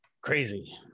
Crazy